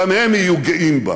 גם הם יהיו גאים בה.